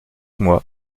moi